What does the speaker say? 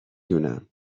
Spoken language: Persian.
دونم